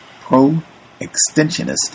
pro-extensionist